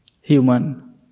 Human